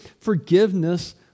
forgiveness